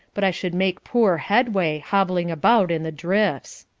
but i should make poor headway, hobbling about in the drifts.